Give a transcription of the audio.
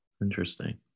Interesting